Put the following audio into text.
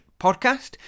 Podcast